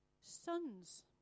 sons